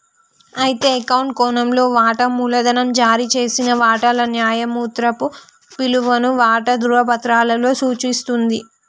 అయితే అకౌంట్ కోణంలో వాటా మూలధనం జారీ చేసిన వాటాల న్యాయమాత్రపు విలువను వాటా ధ్రువపత్రాలలో సూచిస్తుంది